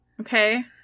Okay